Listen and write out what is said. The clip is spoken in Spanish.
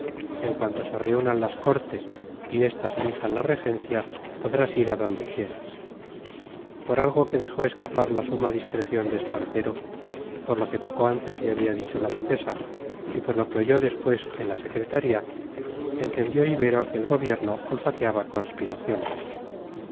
en cuanto se reúnan las cortes y estas elijan la regencia podrás ir a donde quieras por algo que dejó escapar la suma discreción de espartero por lo que poco antes le había dicho la duquesa y por lo que oyó después en la secretaría entendió ibero que el gobierno olfateaba conspiraciones